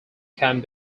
can